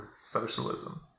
socialism